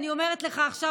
אני אומרת לך עכשיו,